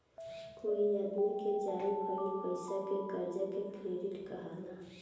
कोई आदमी के जारी भइल पईसा के कर्जा के क्रेडिट कहाला